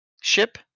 ship